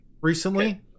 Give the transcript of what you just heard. recently